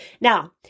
Now